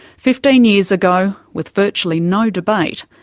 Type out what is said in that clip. fifteen years ago, with virtually no debate,